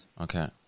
Okay